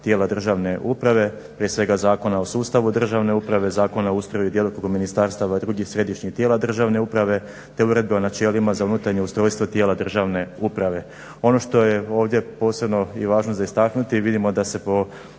tijela državne uprave, prije svega Zakona o sustavu državne uprave, Zakona o ustroju i djelokrugu ministarstava i drugih središnjih tijela državne uprave te uredbe o načelima za unutarnje ustrojstvo tijela državne uprave. Ono što je ovdje posebno važno za istaknuti, vidimo da se po